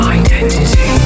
identity